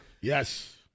Yes